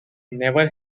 never